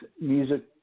music